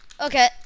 Okay